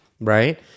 right